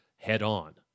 head-on